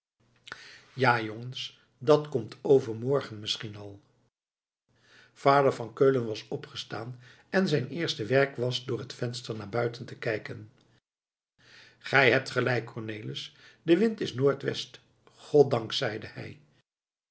ja jongens dat komt overmorgen misschien al vader van keulen was opgestaan en zijn eerste werk was door het venster naar buiten te kijken gij hebt gelijk cornelis de wind is noord-west goddank zeide hij